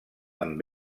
amb